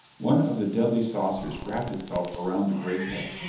one of the deadly saucers wrapped itself around the great head.